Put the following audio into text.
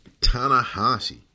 Tanahashi